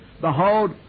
Behold